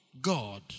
God